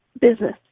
business